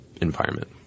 environment